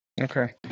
Okay